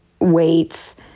weights